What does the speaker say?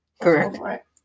Correct